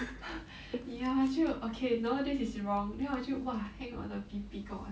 ya 就 okay no this is wrong then 我就 !wah! heng 我的 V_P 跟我